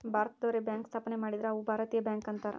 ಭಾರತದವ್ರೆ bank ಸ್ಥಾಪನೆ ಮಾಡಿದ್ರ ಅವು ಭಾರತೀಯ ಬ್ಯಾಂಕ್ ಅಂತಾರ